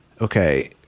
okay